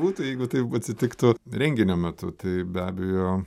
būtų jeigu taip atsitiktų renginio metu tai be abejo